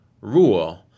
rule